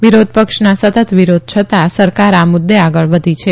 વિરોધ ક્ષના સતત વિરોધ છતાં સરકાર આ મુદ્દે આગળ વધી છે